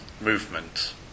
movement